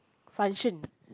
function